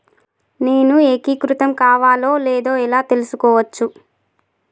నేను ఏకీకృతం కావాలో లేదో ఎలా తెలుసుకోవచ్చు?